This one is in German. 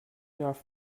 nach